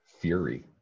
fury